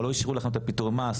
או לא אישרו לכם את הפיטורין ומה כן